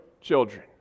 children